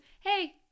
hey